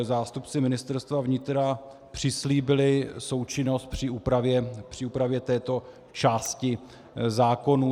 Zástupci Ministerstva vnitra přislíbili součinnost při úpravě této části zákonů.